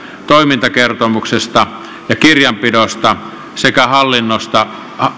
toimintakertomuksesta ja kirjanpidosta sekä hallinnosta